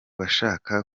bashaka